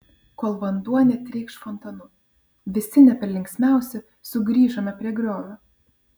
kol vanduo netrykš fontanu visi ne per linksmiausi sugrįžome prie griovio